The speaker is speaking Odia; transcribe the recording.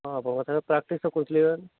ହଁ ପ୍ରାକ୍ଟିସ ତ କରୁଥିଲେ